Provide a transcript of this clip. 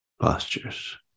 postures